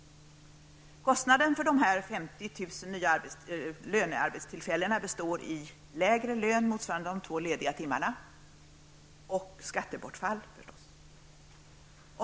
Kostnaden för dessa 50 000 nya lönearbetstillfällen består i lägre lön, motsvarande de två lediga timmarna -- och skattebortfall förstås.